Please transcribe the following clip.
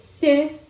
sis